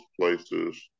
places